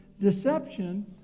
deception